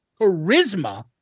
charisma